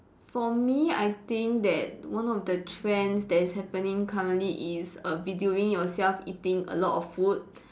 for me I think that one of the trends that is happening currently is err videoing yourself eating a lot of food